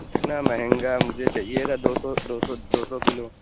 اتنا مہنگا مجھے چاہیے تھا دو سو دو سو دو سو کلو